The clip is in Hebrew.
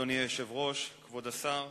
אדוני היושב-ראש, כבוד השר,